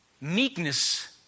Meekness